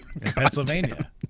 Pennsylvania